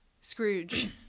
scrooge